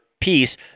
piece